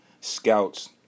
scouts